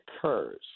occurs